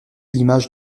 l’image